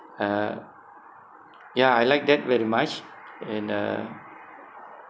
uh ya I like that very much and uh